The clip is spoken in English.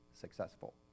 successful